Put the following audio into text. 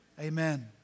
Amen